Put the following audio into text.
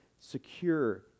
secure